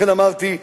לכן אמרתי,